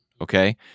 Okay